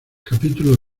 capítulo